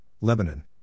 Lebanon